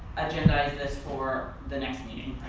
agendize this for the next meeting,